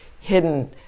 hidden